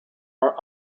are